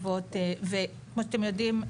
כמו שאתם יודעים,